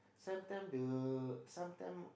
sometime the sometime